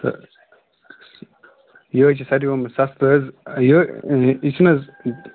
تہٕ یہِ حظ چھُ سارِویو منٛزٕ سَستہٕ حظ یہِ یہِ چھِنہٕ حظ